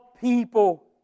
people